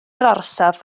orsaf